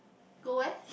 go where